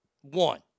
one